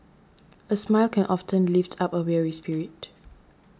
a smile can often lift up a weary spirit